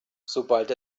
sobald